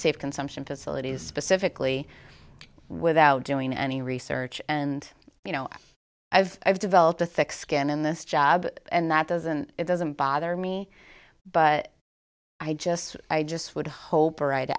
safe consumption facilities specifically without doing any research and you know i've i've developed a thick skin in this job and that doesn't it doesn't bother me but i just i just would hope